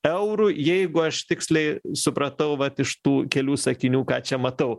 eurų jeigu aš tiksliai supratau vat iš tų kelių sakinių ką čia matau